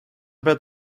pead